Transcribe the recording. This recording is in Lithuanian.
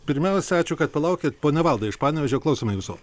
pirmiausia ačiū kad palaukėt ponai valdai iš panevėžio klausome jūsų